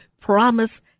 promise